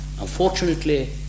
Unfortunately